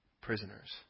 prisoners